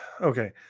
okay